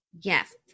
Yes